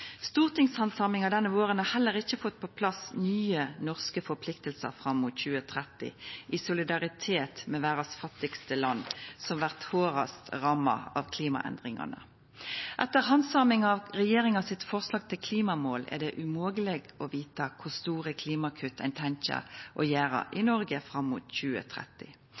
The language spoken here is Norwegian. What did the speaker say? Stortingshandsaminga denne våren har heller ikkje fått på plass nye norske forpliktingar fram mot 2030 i solidaritet med verdas fattigaste land, som blir hardast ramma av klimaendringane. Etter handsaminga av regjeringa sitt forslag til klimamål er det umogleg å vita kor store klimakutt ein tenkjer å gjera i Noreg fram mot 2030.